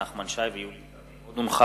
נחמן שי ויולי תמיר.